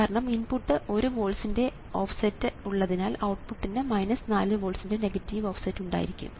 കാരണം ഇൻപുട്ടിന് 1 വോൾട്സ് ന്റെ ഓഫ് സെറ്റ് ഉള്ളതിനാൽ ഔട്ട്പുട്ടിന് 4 വോൾട്സ് ന്റെ നെഗറ്റീവ് ഓഫ് സെറ്റ് ഉണ്ടായിരിക്കും